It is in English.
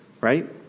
right